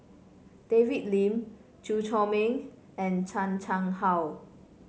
David Lim Chew Chor Meng and Chan Chang How